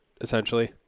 essentially